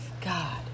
God